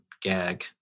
gag